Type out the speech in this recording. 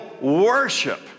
worship